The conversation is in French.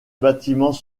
bâtiments